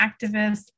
activists